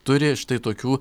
turi štai tokių